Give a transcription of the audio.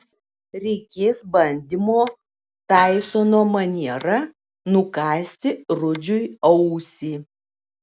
reikės bandymo taisono maniera nukąsti rudžiui ausį